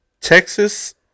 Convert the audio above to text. Texas